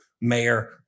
mayor